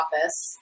office